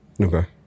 Okay